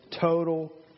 Total